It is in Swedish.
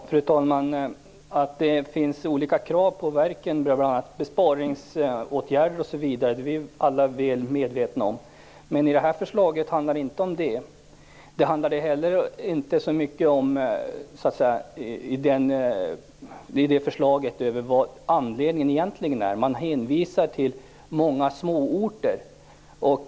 Fru talman! Att det finns olika krav på verken, bl.a. besparingsåtgärder osv, är vi alla väl medvetna om. Men i det här förslaget handlar det inte om det. Det handlar inte heller så mycket om vad anledningen egentligen är. Man hänvisar till att det är många småorter.